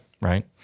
right